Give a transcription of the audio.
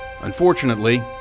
Unfortunately